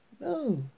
No